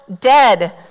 dead